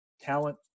talent